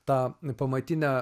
tą pamatinę